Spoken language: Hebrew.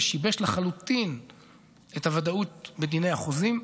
ששיבש לחלוטין את הוודאות בדיני החוזים,